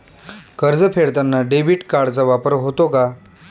कर्ज फेडताना डेबिट कार्डचा वापर होतो का?